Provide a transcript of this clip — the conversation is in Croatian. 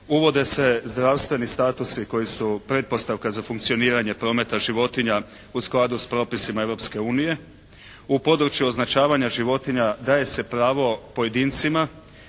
uvode se zdravstveni statusi koji su pretpostavka za funkcioniranje prometa životinja u skladu s propisima Europske unije. U području označavanja životinja daje se pravo pojedincima,